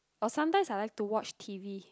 oh sometimes I like to watch T_V